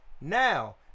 Now